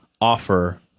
offer